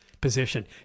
position